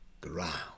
ground